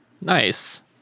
Nice